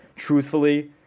truthfully